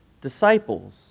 disciples